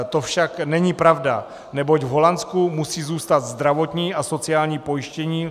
To však není pravda, neboť v Holandsku musí zůstat zdravotní a sociální pojištění.